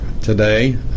today